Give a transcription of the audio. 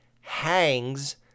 hangs